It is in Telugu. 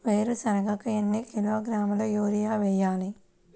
వేరుశనగకు ఎన్ని కిలోగ్రాముల యూరియా వేయాలి?